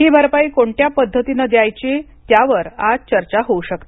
ही भरपाई कोणत्या पद्धतीनं द्यायची त्यावर आज चर्चा होऊ शकते